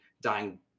dying